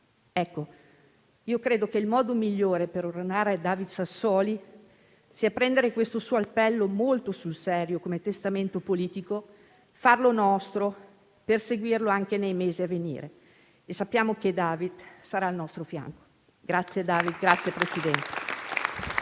Ebbene, credo che il modo migliore per onorare David Sassoli sia prendere questo suo appello molto sul serio, come testamento politico, e farlo nostro per seguirlo anche nei mesi a venire. E sappiamo che David sarà al nostro fianco. Grazie David.